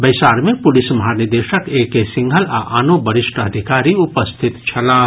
बैसार मे पुलिस महानिदेशक ए के सिंघल आ आनो वरिष्ठ अधिकारी उपस्थित छलाह